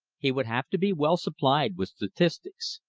he would have to be well supplied with statistics.